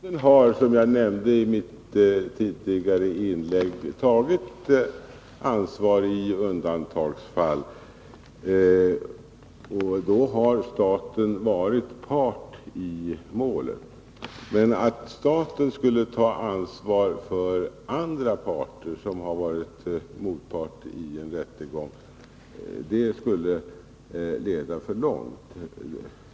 Herr talman! Staten har, som jag nämnde i mitt tidigare inlägg, tagit ansvar i undantagsfall. Då har staten varit part i målet. Att staten skulle ta ansvar för andra parter som har varit motpart i en rättegång skulle leda för långt.